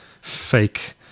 fake